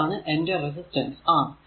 ഇതാണ് എന്റെ resistance R